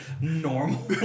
normal